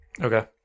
Okay